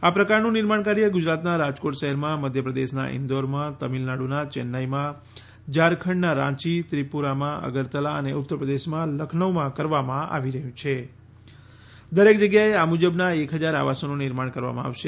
આ પ્રકારનું નિર્માણ કાર્ય ગુજરાતના રાજકોટ શહેરમાં મધ્યપ્રદેશના ઈન્દોરમાં તમિલનાડુના ચેન્નાઈ ઝારખંડના રાંચી ત્રિપુરામાં અગરતલા અને ઉત્તર પ્રદેશમાં લખનૌમાં કરવામાં આવી રહ્યું છે દરેક જગ્યાએ આ મુજબના એક હજાર આવાસોનું નિર્માણ કરવામાં આવશે